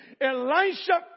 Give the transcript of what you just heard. Elisha